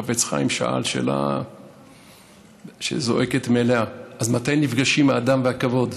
החפץ חיים שאל שאלה שזועקת מאליה: אז מתי נפגשים האדם והכבוד?